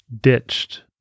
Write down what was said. ditched